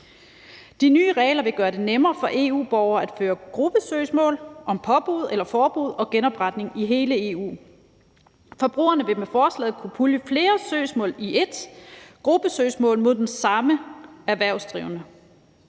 De nye regler vil gøre det nemmere for EU-borgere at føre gruppesøgsmål om påbud eller forbud og genopretning i hele EU. Forbrugerne vil med forslaget kunne pulje flere søgsmål i ét gruppesøgsmål mod den samme erhvervsdrivende.